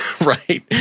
right